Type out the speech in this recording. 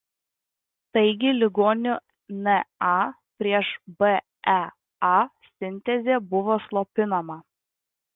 taigi ligonių na prieš bea sintezė buvo slopinama